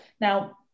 Now